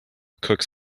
cooks